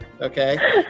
okay